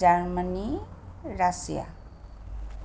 Germany Russia